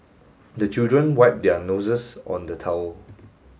the children wipe their noses on the towel